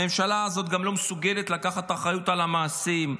הממשלה הזאת גם לא מסוגלת לקחת אחריות על המעשים.